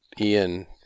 Ian